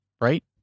right